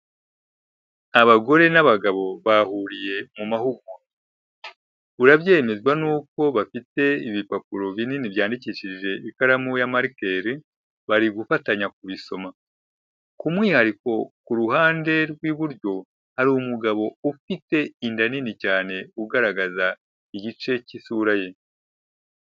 Abagore n'abagabo bahuriye mu mahugurwa. Urabyemezwa nuko bafite ibipapuro binini byandikishije ikaramu ya marikeri barigufatanya kubisoma. K'umwihariko ku ruhande rw'iburyo hari umugabo ufite inda nini cyane ugaragaza igice cy'isura ye.